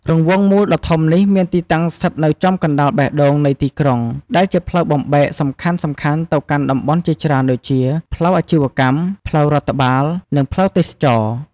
រង្វង់មូលដ៏ធំនេះ មានទីតាំងស្ថិតនៅចំកណ្តាលបេះដូងនៃក្រុង ដែលជាផ្លូវបំបែកសំខាន់ៗទៅកាន់តំបន់ជាច្រើន ដូចជា ផ្លូវអាជីវកម្ម ផ្លូវរដ្ឋបាល និងផ្លូវទេសចរណ៍។